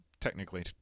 technically